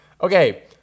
Okay